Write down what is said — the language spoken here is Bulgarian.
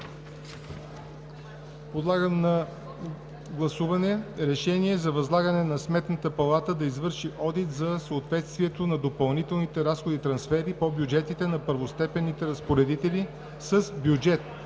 Подлагам на гласуване Решение за възлагане на Сметната палата да извърши одит за съответствието на допълнителните разходи и трансфери по бюджетите на първостепенните разпоредители с бюджет,